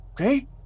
okay